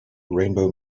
rainbow